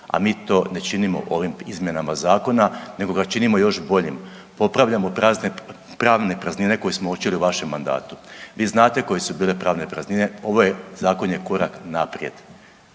A mi to ne činimo ovim izmjenama zakona, nego ga činimo još boljim, popravljamo prazne, pravne praznine koje smo uočili u vašem mandatu. popravljamo prazne pravne koje smo uočili u vašem